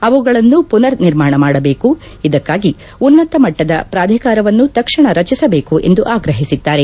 ಅವುಗಳನ್ನು ಪುನರ್ ನಿರ್ಮಾಣ ಮಾಡಬೇಕು ಇದಕ್ಕಾಗಿ ಉನ್ನತ ಮಟ್ಟದ ಪ್ರಾಧಿಕಾರವನ್ನು ತಕ್ಷಣ ರಚಿಸಬೇಕು ಎಂದು ಆಗ್ರಹಿಸಿದ್ದಾರೆ